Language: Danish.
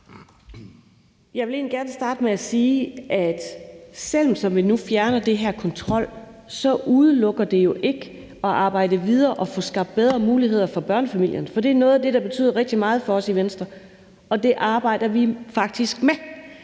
Jeg vil egentlig gerne starte med at sige, at selv om vi nu fjerner den her kontrol, udelukker det jo ikke at arbejde videre og få skabt bedre muligheder for børnefamilierne, for det er noget af det, der betyder rigtig meget for os i Venstre, og det arbejder vi faktisk med.